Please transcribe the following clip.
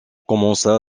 commença